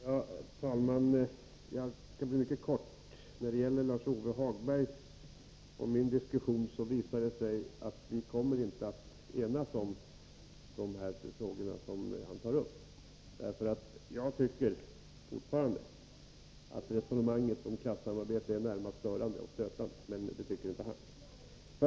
Herr talman! Jag skall fatta mig mycket kort. När det gäller Lars-Ove Hagbergs och min diskussion visar det sig att vi inte kommer att enas om de frågor som han tar upp. Jag tycker fortfarande att resonemanget om klassamarbete är närmast störande och stötande, men det tycker inte han.